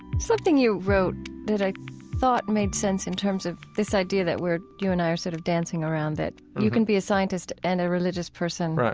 something you wrote that i thought made sense in terms of this idea that we're you and i are sort of dancing around that you can be a scientist and a religious person,